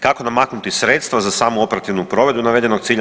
Kako namaknuti sredstva za samu operativnu provedbu navedenog cilja?